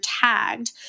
tagged